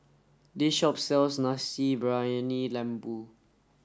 this shop sells Nasi Briyani Lembu